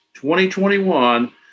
2021